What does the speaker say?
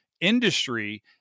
industry